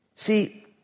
See